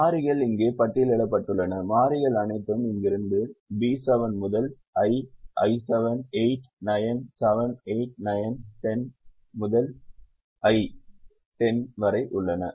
மாறிகள் இங்கே பட்டியலிடப்பட்டுள்ளன மாறிகள் அனைத்தும் இங்கிருந்து அவை B7 முதல் I I7 8 9 7 8 9 10 முதல் I 10 வரை உள்ளன